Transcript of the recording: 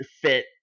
fit